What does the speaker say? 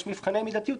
יש מבחני מידתיות,